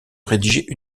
rédiger